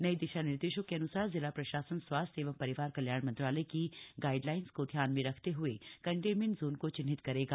नये दिशा निर्देशों के अनुसार जिला प्रशासन स्वास्थ्य एवं परिवार कल्याण मंत्रालय की गाइडलाइंस को ध्यान में रखते हुए कंटेनमेंट जोन को चिह्नित करेगा